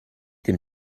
dem